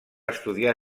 estudiar